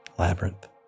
labyrinth